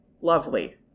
lovely